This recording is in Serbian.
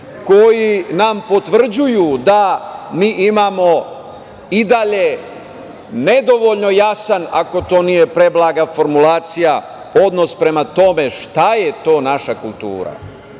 koji nam potvrđuju da mi imamo i dalje nedovoljno jasan, ako to nije preblaga formulacija, odnos prema tome šta je to naša